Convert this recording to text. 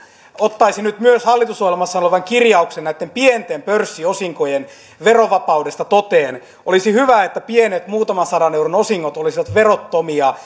ottaisi nyt myös hallitusohjelmassa olevan kirjauksen näitten pienten pörssiosinkojen verovapaudesta toteen olisi hyvä että pienet muutaman sadan euron osingot olisivat verottomia